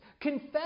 Confess